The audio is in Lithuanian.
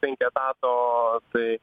penki etato tai